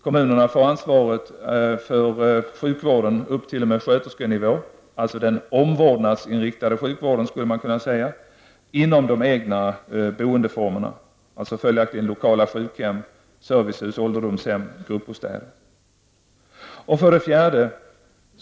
Kommunerna får ansvaret för sjukvården upp t.o.m. sköterskenivå -- den omvårdnadsinriktade sjukvården, skulle man kunna säga -- inom de egna boendeformerna, alltså lokala sjukhem, servicehus, ålderdomshem och gruppbostäder. 4.